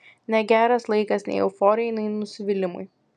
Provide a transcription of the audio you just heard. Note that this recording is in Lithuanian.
negeras laikas nei euforijai nei nusivylimui